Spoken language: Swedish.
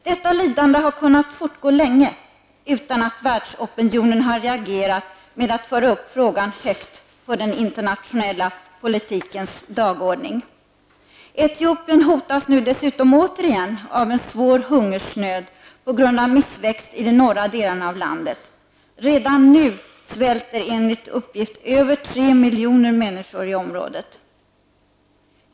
Detta lidande har kunnat fortgå länge utan att världsopinionen har reagerat med att föra upp frågan högt på den internationella politikens dagordning. Etiopien hotas nu dessutom återigen av en svår hungersnöd på grund av missväxt i de norra delarna av landet. Redan nu svälter enligt uppgift över tre miljoner människor i området.